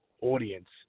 audience